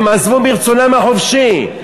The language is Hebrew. הם עזבו מרצונם החופשי.